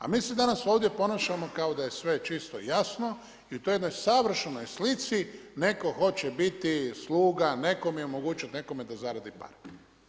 A mi se danas ovdje ponašamo kao da je sve čisto i jasno i u toj jednoj savršenoj slici netko hoće biti sluga nekome i omogućiti nekome da zaradi pare.